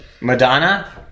Madonna